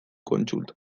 kontsulta